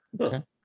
Okay